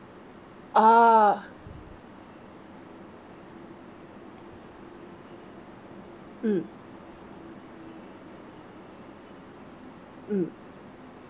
ah mm mm